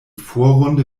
vorrunde